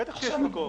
בטח שיש מקור.